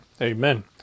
amen